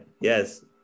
yes